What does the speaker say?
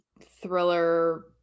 thriller